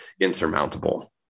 insurmountable